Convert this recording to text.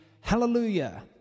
Hallelujah